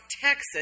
Texas